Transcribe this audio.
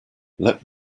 let